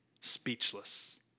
speechless